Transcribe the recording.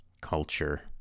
culture